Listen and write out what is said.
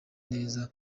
neza